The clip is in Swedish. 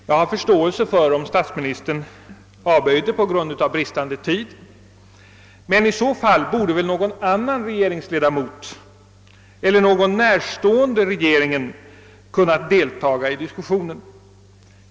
Jag har förståelse för om statsministern av böjde på grund av bristande tid, men i så fall borde väl någon annan regeringsledamot eller någon regeringen närstående person kunnat delta i diskussionen!